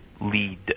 lead